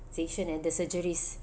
and the surgeries